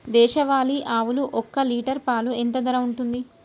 దేశవాలి ఆవులు ఒక్క లీటర్ పాలు ఎంత ధర ఉంటుంది?